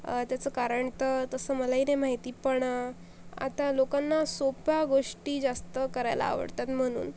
त्याचं कारण तर तसं मलाही नाही माहिती पण आता लोकांना सोप्या गोष्टी जास्त करायला आवडतात म्हणून